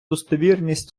достовірність